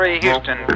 Houston